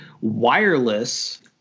wireless